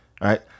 right